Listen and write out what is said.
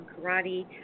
karate